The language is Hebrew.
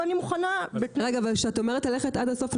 ואני מוכנה --- כשאת אומרת ללכת עד הסוף,